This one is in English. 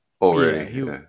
Already